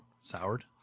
Soured